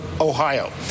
Ohio